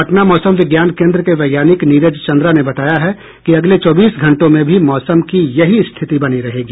पटना मौसम विज्ञान केन्द्र के वैज्ञानिक नीरज चंद्रा ने बताया है कि अगले चौबीस घंटों में भी मौसम की यही स्थिति बनी रहेगी